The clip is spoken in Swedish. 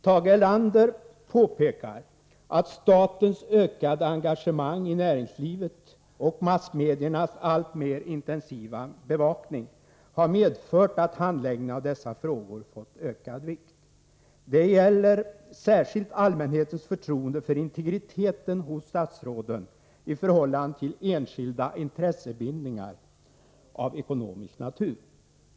Tage Erlander påpekar att statens ökade engagemang i näringslivet och massmediernas alltmer intensiva bevakning har medfört att handläggningen av dessa frågor fått ökad vikt. Det gäller särskilt allmänhetens förtroende för integriteten hos statsråden i förhållande till enskilda intressebindningar av ekonomisk natur.